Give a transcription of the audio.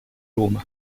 roma